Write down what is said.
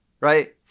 right